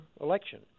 election